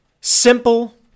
simple